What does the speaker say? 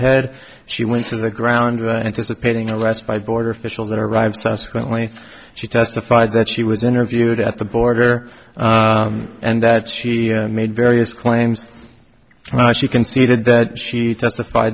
head she went to the ground to anticipating a rest by border officials that arrived subsequently she testified that she was interviewed at the border and that she made various claims that she conceded that she testif